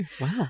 Wow